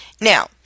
Now